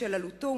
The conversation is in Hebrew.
בשל עלותו,